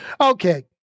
Okay